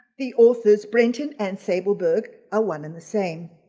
the author's brenton and sableburg are one and the same.